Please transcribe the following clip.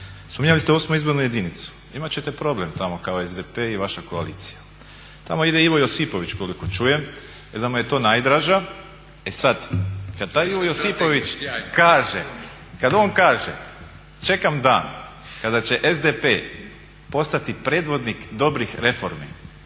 spominjali ste 8. izbornu jedinicu. Imat ćete problem tamo kao SDP i vaša koalicija. Tamo ide Ivo Josipović koliko čujem i da mu je to najdraža. E sad kad taj Ivo Josipović kaže… … /Upadica se ne razumije./ … Kad on kaže čekam dan kada će SDP postati predvodnik dobrih reformi